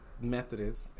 Methodist